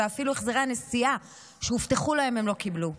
ואפילו את החזרי הנסיעה שהובטחו להם הם לא קיבלו.